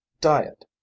Diet